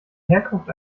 herkunft